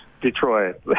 Detroit